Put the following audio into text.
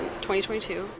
2022